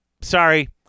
sorry